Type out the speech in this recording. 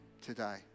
today